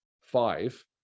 five